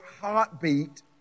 heartbeat